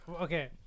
okay